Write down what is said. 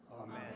Amen